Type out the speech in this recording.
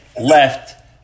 left